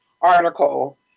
article